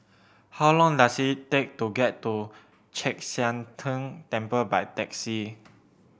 how long does it take to get to Chek Sian Tng Temple by taxi